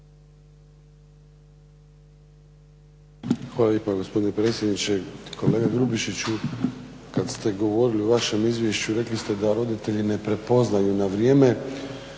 Hvala lijepa gospodine predsjedniče. Kolega Grubišiću, kad ste govorili u vašem izvješću, rekli ste da roditelji ne prepoznaju na vrijeme